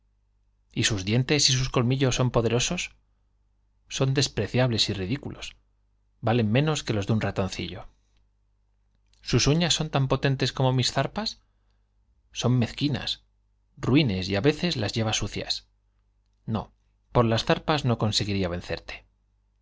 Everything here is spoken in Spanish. animalejo sus dientes colmillos sus son poderosos son despreciables y ridículos valen menos que los de un ratoncillo sus uñas son tan potentes como mis zarpas son mezquinas ruines y ú veces las lleva sucias no por las zarpas no conseguiría vencerte